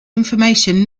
information